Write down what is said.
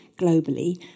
globally